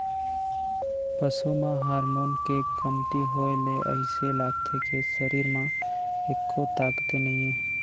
पसू म हारमोन के कमती होए ले अइसे लागथे के सरीर म एक्को ताकते नइये